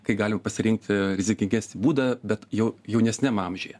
kai galima pasirinkti rizikingesnį būdą bet jau jaunesniam amžiuje